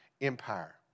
Empire